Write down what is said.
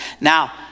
Now